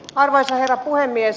arvoisa herra puhemies